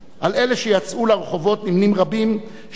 עם אלה שיצאו לרחובות נמנים רבים שבחרו